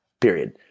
Period